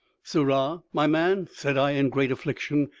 sirrah, my man said i in great affliction,